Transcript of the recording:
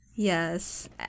Yes